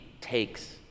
takes